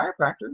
chiropractor